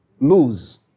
lose